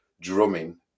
drumming